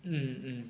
mm mm